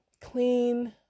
clean